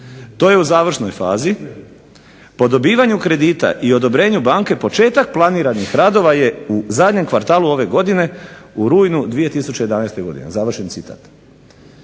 To je u završnoj fazi, po dobivanju kredita i odobrenju banke početak planiranih radova je u zadnjem kvartalu ove godine je u rujnu 2011. godine.". Dobro, danas